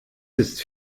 ist